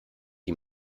die